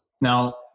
now